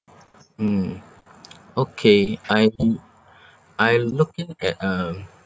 mm okay I am I looking at um